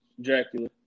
Dracula